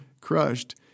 crushed